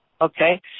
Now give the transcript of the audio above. okay